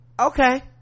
okay